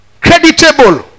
creditable